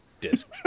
disc